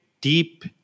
deep